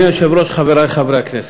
גברתי היושבת-ראש, חברי חברי הכנסת,